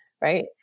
right